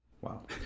Wow